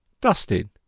dustin